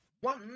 one